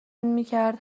میکرد